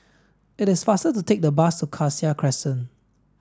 it is faster to take the bus to Cassia Crescent